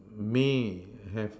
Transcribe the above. may have